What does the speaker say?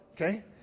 okay